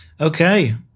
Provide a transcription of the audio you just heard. Okay